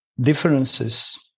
differences